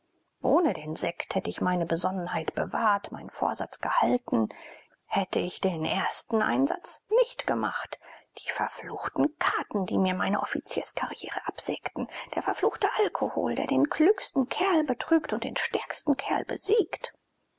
ohne den sekt hätte ich meine besonnenheit bewahrt meinen vorsatz gehalten hätte ich den ersten einsatz nicht gemacht die verfluchten karten die mir meine offizierskarriere absägten der verruchte alkohol der den klügsten kerl betrügt und den stärksten kerl besiegt